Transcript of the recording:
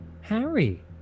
harry